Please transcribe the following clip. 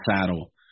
saddle